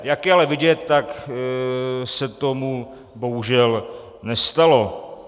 Jak je ale vidět, tak se tomu bohužel nestalo.